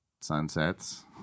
sunsets